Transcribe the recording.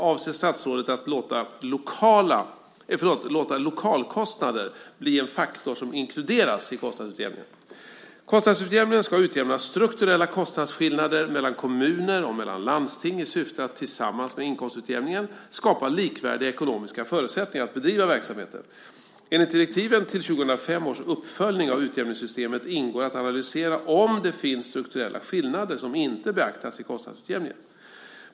Avser statsrådet att låta lokalkostnader bli en faktor som inkluderas i kostnadsutjämningen? Kostnadsutjämningen ska utjämna strukturella kostnadsskillnader mellan kommuner och mellan landsting i syfte att, tillsammans med inkomstutjämningen, skapa likvärdiga ekonomiska förutsättningar att bedriva verksamheten. Enligt direktiven till 2005 års uppföljning av utjämningssystemet ingår att analysera om det finns strukturella skillnader som inte beaktas i kostnadsutjämningen.